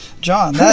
John